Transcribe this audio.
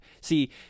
see